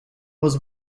was